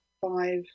five